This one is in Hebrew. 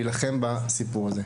להתגייס על מנת להילחם בסיפור הזה.